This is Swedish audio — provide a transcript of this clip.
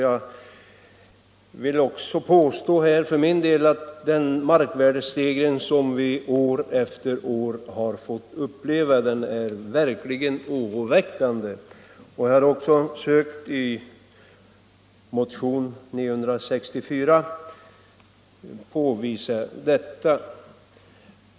Jag vill också påstå att den markvärdestegring som vi år efter år har fått uppleva verkligen är oroväckande, och i motionen 964 har fru Landberg och jag sökt påvisa detta.